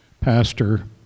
pastor